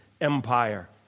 empire